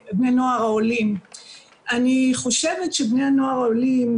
אני חושבת שבני הנוער העולים,